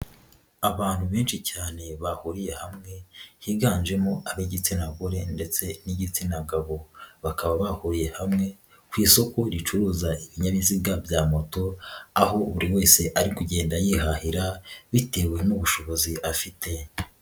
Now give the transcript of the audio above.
Abantu benshi cyane bahuriye hamwe higanjemo ab'igitsina gore ndetse n'igitsina gabo, bakaba bahuriye hamwe ku isoko ricuruza ibinyabiziga bya moto, aho buri wese ari kugenda yihahira bitewe n'ubushobozi afite.